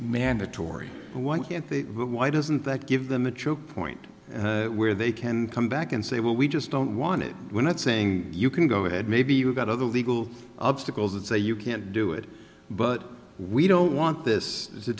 mandatory why can't they why doesn't that give them the choke point where they can come back and say well we just don't want it we're not saying you can go ahead maybe you've got other legal obstacles that say you can't do it but we don't want this to